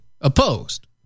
opposed